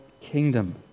kingdom